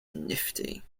nifty